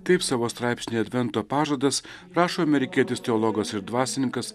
taip savo straipsnyje advento pažadas rašo amerikietis teologas ir dvasininkas